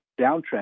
downtrend